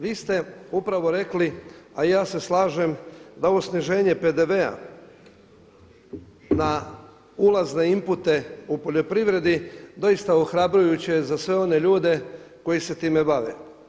Vi ste upravo rekli, a i ja se slažem da ovo sniženje PDV-a na ulazne impute u poljoprivredi doista ohrabrujuće za sve one ljude koji se time bave.